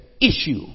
issue